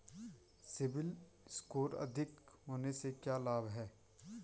CIBIL score अधिक होने से क्या लाभ हैं?